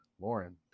Lauren